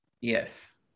Yes